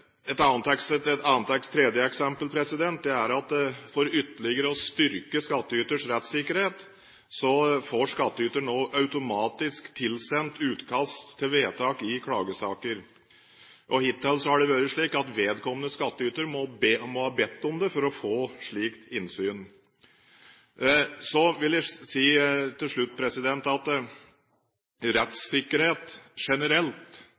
Et tredje eksempel er at for å styrke skattyters rettssikkerhet ytterligere får skattyter nå automatisk tilsendt utkast til vedtak i klagesaker. Hittil har det vært slik at vedkommende skattyter må ha bedt om det for å få slikt innsyn. Så vil jeg til slutt si at rettssikkerhet generelt